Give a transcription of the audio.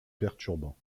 perturbant